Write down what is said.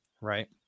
right